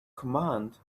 command